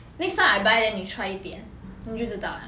next time I buy then you try 一点你就知道了